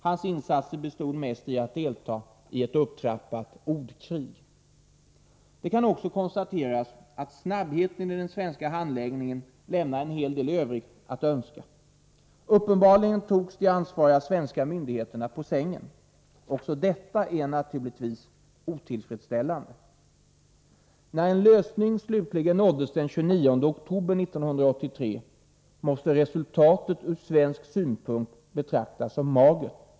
Hans insatser bestod mest i att delta i ett upptrappat ordkrig. Det kan också konstateras att snabbheten i den svenska handläggningen lämnar en hel del övrigt att önska. Uppenbarligen togs de ansvariga svenska myndigheterna på sängen. Också detta är naturligtvis otillfredsställande. När en lösning slutligen nåddes den 29 oktober 1983 måste resultatet ur svensk synpunkt betraktas som magert.